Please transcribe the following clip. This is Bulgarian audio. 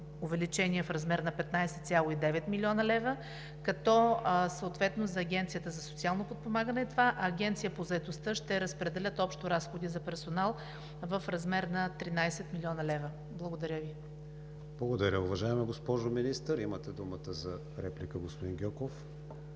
увеличение в размер на 15,9 млн. лв., съответно за Агенцията за социално подпомагане е това, а Агенцията по заетостта ще разпредели общо разходи за персонал в размер на 13 млн. лв. Благодаря Ви. ПРЕДСЕДАТЕЛ КРИСТИАН ВИГЕНИН: Благодаря, уважаема госпожо Министър. Имате думата за реплика, господин Гьоков.